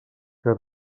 que